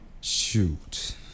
Shoot